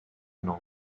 know